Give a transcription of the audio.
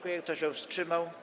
Kto się wstrzymał?